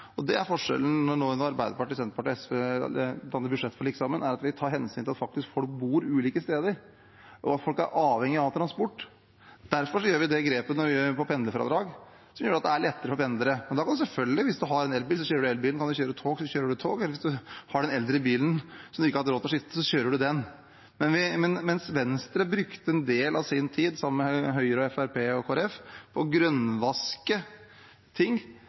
og forskjellen nå når Arbeiderpartiet, Senterpartiet og SV skaper budsjettforlik sammen, er at vi tar hensyn til at folk faktisk bor ulike steder, og at folk er avhengige av transport. Derfor gjør vi et grep på pendlerfradrag, som gjør at det er lettere for pendlere. Og selvfølgelig: Hvis du har en elbil, kjører du elbil. Kan du kjøre tog, kjører du tog. Har du en eldre bil som du ikke har hatt råd til å skifte, så kjører du den. Venstre brukte en del av sin tid sammen med Høyre, Fremskrittspartiet og Kristelig Folkeparti på å grønnvaske ting,